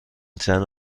چند